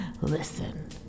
Listen